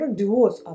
divorce